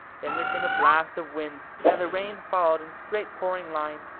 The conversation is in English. then there came a blast of wind, and the rain followed in straight-pouring lines,